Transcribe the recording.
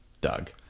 Doug